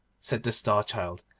said the star-child,